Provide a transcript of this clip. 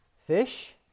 Fish